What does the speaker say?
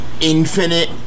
infinite